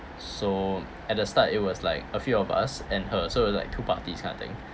so at the start it was like a few of us and her so it was like two parties kind of thing